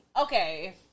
Okay